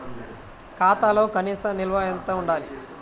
ఖాతాలో కనీస నిల్వ ఎంత ఉండాలి?